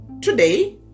Today